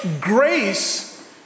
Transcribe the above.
Grace